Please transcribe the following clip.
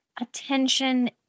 attention